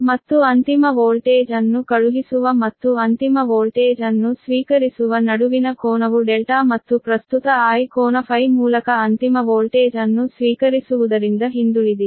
ಮತ್ತು ಅಂತಿಮ ವೋಲ್ಟೇಜ್ ಅನ್ನು ಕಳುಹಿಸುವ ಮತ್ತು ಅಂತಿಮ ವೋಲ್ಟೇಜ್ ಅನ್ನು ಸ್ವೀಕರಿಸುವ ನಡುವಿನ ಕೋನವು ಡೆಲ್ಟಾ ಮತ್ತು ಪ್ರಸ್ತುತ I ಕೋನ Φ ಮೂಲಕ ಅಂತಿಮ ವೋಲ್ಟೇಜ್ ಅನ್ನು ಸ್ವೀಕರಿಸುವುದರಿಂದ ಹಿಂದುಳಿದಿದೆ